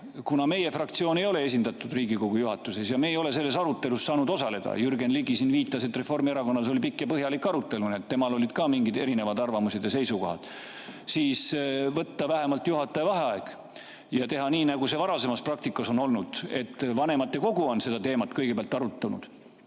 Kuna meie fraktsioon ei ole esindatud Riigikogu juhatuses ja me ei ole selles arutelus saanud osaleda – Jürgen Ligi viitas, et Reformierakonnas oli pikk ja põhjalik arutelu, temal olid ka mingid erinevad arvamused ja seisukohad –, siis võtke vähemalt juhataja vaheaeg ja tehke nii, nagu see varasemas praktikas on olnud, et vanematekogu on seda teemat kõigepealt arutanud